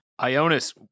Ionis